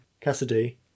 Cassidy